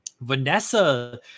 Vanessa